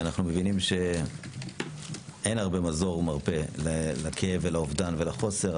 אנחנו מבינים שאין הרבה מזור ומרפא לכאב ולאובדן ולחוסר.